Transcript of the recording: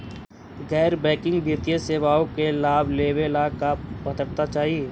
गैर बैंकिंग वित्तीय सेवाओं के लाभ लेवेला का पात्रता चाही?